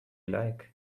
like